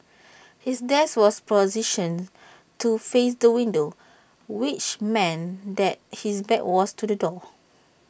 his desk was positioned to face the window which meant that his back was to the door